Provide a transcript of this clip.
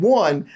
one